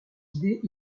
idées